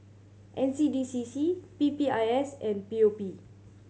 N C D C C P P I S and P O P